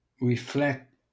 reflect